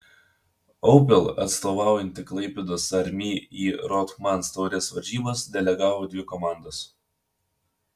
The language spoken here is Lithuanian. opel atstovaujanti klaipėdos armi į rothmans taurės varžybas delegavo dvi komandas